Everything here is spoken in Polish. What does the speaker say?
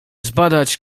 zbadać